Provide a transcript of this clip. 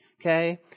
okay